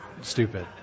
stupid